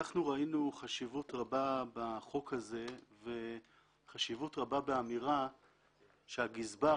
ראינו חשיבות רבה בהצעת החוק הזאת וחשיבות רבה באמירה שהגזבר,